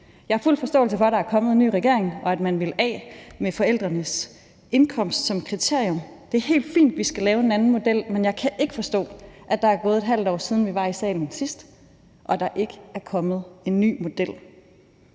Jeg har fuld forståelse for, at der er kommet en ny regering, og at man ville af med forældrenes indkomst som kriterium, og det er helt fint, at vi skal lave en anden model, men jeg kan ikke forstå, at der er gået et halvt år, siden vi var i salen sidst, og at der ikke er kommet en ny model.